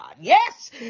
Yes